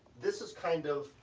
this is kind of,